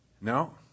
No